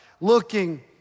looking